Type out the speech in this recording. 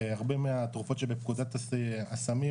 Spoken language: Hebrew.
הרבה מהתרופות שבפקודת הסמים,